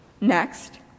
Next